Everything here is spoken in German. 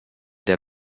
der